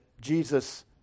Jesus